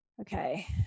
Okay